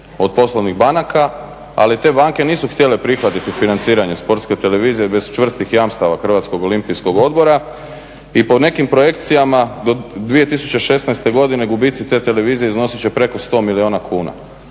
od poslovnih banaka ali te banke nisu htjele prihvatiti financiranje sportske televizije bez čvrstih jamstava Hrvatskog olimpijskog odbora i po nekim projekcijama do 2016.godine gubici te televizije iznosit će preko 100 milijuna kuna.